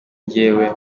njyewe